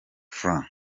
franc